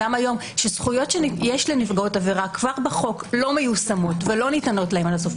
זכויות שיש לנפגעות עבירה כבר בחוק לא מיושמות ולא ניתנות להן.